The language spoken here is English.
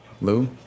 Lou